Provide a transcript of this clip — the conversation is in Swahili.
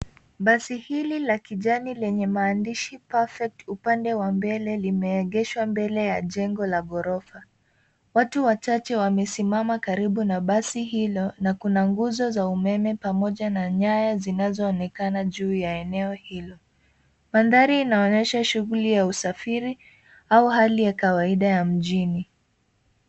Basi hili la kijani lenye maandishi perfect upande wa mbele limeegeshwa mbele ya jengo la ghorofa. Watu wachache wamesimama karibu na basi hilo na kuna nguzo za umeme pamoja na nyaya zinazoonekana juu ya eneo hilo. Mandhari inaonyesha shughuli ya usafiri au hali ya kawaida ya mjini.